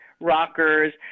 rockers